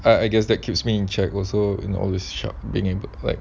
I I guess that keeps me in check also in culture shock being able like